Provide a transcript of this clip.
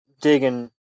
digging